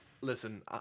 Listen